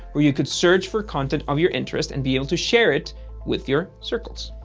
where you would search for content of your interest and be able to share it with your circles.